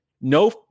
no